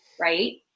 Right